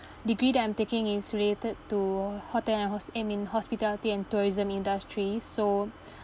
degree that I'm taking is related to hotel and hos~ I mean hospitality and tourism industry so